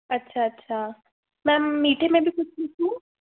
अच्छा अच्छा मेम मीठे में भी कुछ कुछ दूँ